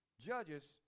Judges